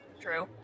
True